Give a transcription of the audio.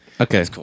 Okay